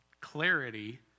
clarity